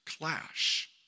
clash